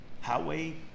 Highway